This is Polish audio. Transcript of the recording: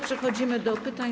Przechodzimy do pytań.